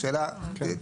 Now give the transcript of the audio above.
השאלה היא כזאת,